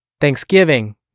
Thanksgiving